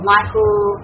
Michael